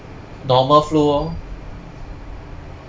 normal flu orh